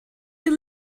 you